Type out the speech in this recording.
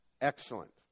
Excellent